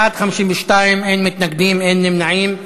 בעד, 52, אין מתנגדים, אין נמנעים.